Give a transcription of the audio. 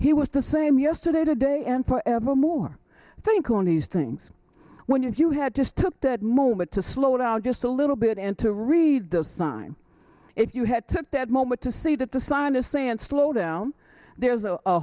he was the same yesterday today and forever more i think on these things when you if you had just took that moment to slow down just a little bit and to read the sign if you had took that moment to see that the scientists say and slow down there's a